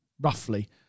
Roughly